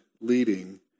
leading